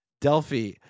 Delphi